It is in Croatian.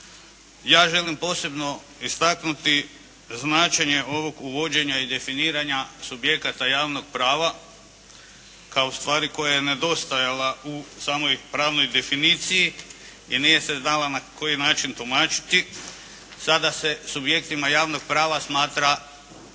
Ja želim posebno istaknuti značenje ovog uvođenja i definiranja subjekata javnog prava kao stvari koja je nedostajala u samoj pravnoj definiciji i nije se znala na koji način tumačiti. Sada se subjektima javnog prava smatra ona